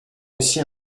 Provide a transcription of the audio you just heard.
aussi